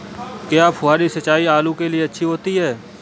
क्या फुहारी सिंचाई आलू के लिए अच्छी होती है?